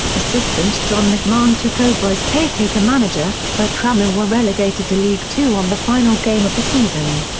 assistant john mcmahon took over as caretaker manager, but tranmere were relegated to league two on the final game of the season.